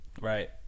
Right